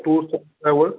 tours travel